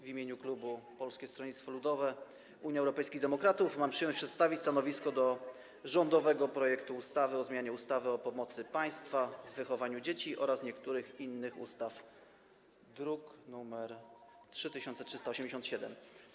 W imieniu klubu Polskiego Stronnictwa Ludowego - Unii Europejskich Demokratów mam przyjemność przedstawić stanowisko wobec rządowego projektu ustawy o zmianie ustawy o pomocy państwa w wychowywaniu dzieci oraz niektórych innych ustaw, druk nr 3387.